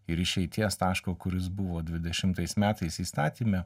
ir išeities taško kuris buvo dvidešimtais metais įstatyme